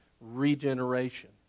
regeneration